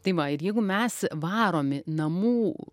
tai ir jeigu mes varomi namų